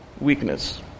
weakness